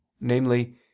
namely